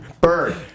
Bird